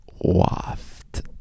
waft